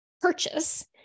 purchase